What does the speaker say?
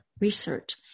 research